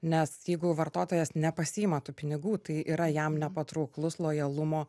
nes jeigu vartotojas nepasiima tų pinigų tai yra jam nepatrauklus lojalumo